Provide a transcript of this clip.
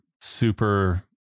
super